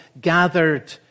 gathered